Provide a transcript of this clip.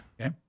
Okay